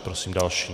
Prosím další.